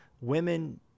Women